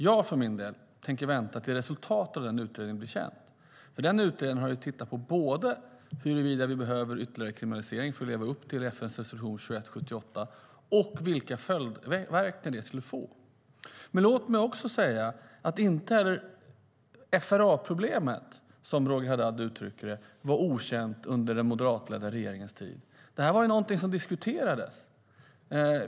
Jag för min del tänker vänta tills resultatet av den utredningen blir känt. Låt mig också säga att inte heller FRA-problemet, som Roger Haddad uttryckte det, var okänt under den moderatledda regeringens tid. Det diskuterades.